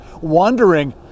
wondering